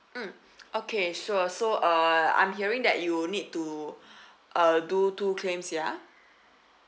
mm okay sure so uh I'm hearing that you need to uh do two claims ya